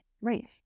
right